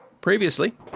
Previously